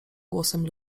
głosem